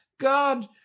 God